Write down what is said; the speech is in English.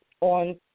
on